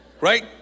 right